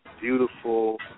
beautiful